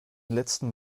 letzten